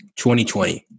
2020